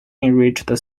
enriched